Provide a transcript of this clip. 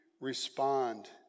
respond